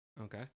Okay